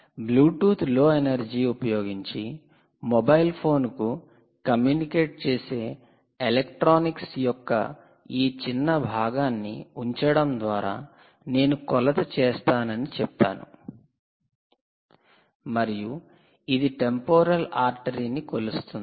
'Bluetooth low energy' ఉపయోగించి mobile ఫోన్కు communicate చేసే ఎలక్ట్రానిక్స్ యొక్క ఈ చిన్న భాగాన్ని ఉంచడం ద్వారా నేను కొలత చేస్తానని చెప్పాను మరియు ఇది టెంపొరల్ ఆర్టరీ ని కొలుస్తుంది